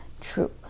true